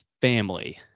family